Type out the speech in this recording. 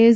S